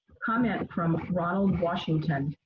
comment from ronald washington.